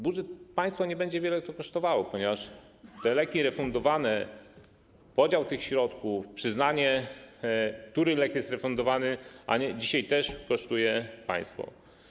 Budżet państwa nie będzie to wiele kosztowało, ponieważ te leki refundowane, podział tych środków, przyznanie, który lek jest refundowany, to dzisiaj też kosztuje państwo.